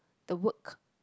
the work